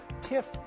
Tiff